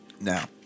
Now